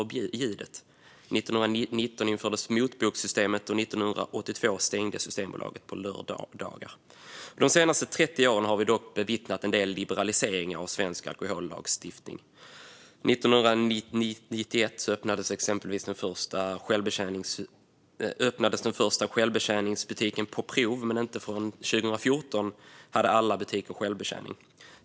År 1919 infördes motbokssystemet, och 1982 stängde Systembolaget på lördagar. De senaste 30 åren har vi bevittnat en del liberaliseringar av svensk alkohollagstiftning. År 1991 öppnades exempelvis den första självbetjäningsbutiken på prov, men inte förrän 2014 hade alla butiker självbetjäning.